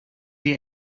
wir